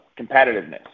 competitiveness